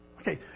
Okay